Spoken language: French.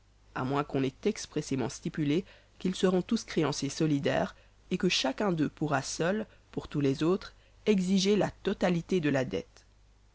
à moins qu'on n'ait expressément stipulé qu'ils seront tous créanciers solidaires et que chacun d'eux pourra seul pour tous les autres exiger la totalité de la dette